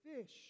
fish